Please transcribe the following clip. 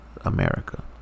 America